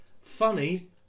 Funny